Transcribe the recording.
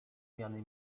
zmiany